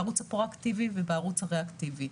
בערוץ הפרואקטיבי ובערוץ הריאקטיבי.